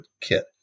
kit